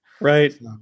Right